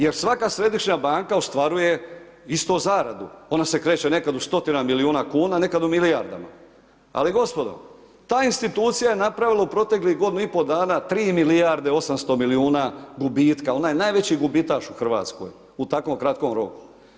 Jer svaka središnja banka ostvaruje istu zaradu ona se kreće nekad u stotinama milijuna kuna, nekad u milijardama, ali gospodo ta institucija je napravila u proteklih godinu i pol dana 3 milijarde 800 milijuna gubitka, ona je najveći gubitaš u Hrvatskoj u takvom kratkom roku.